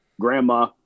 Grandma